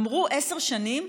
אמרנו עשר שנים,